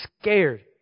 scared